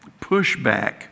pushback